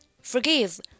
Forgive